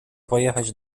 pojechać